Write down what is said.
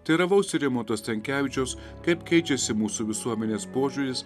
teiravausi rimanto stankevičiaus kaip keičiasi mūsų visuomenės požiūris